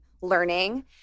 learning